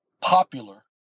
popular